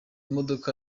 modoka